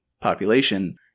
population